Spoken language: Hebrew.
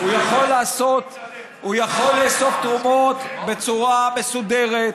הוא יכול לאסוף תרומות בצורה מסודרת.